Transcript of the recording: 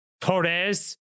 torres